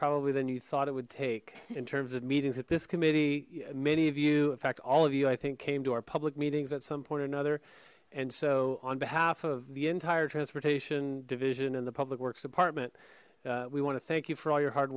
probably than you thought it would take in terms of meetings at this committee many you in fact all of you i think came to our public meetings at some point another and so on behalf of the entire transportation division and the public works department we want to thank you for all your hard